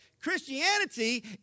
Christianity